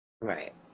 Right